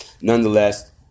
nonetheless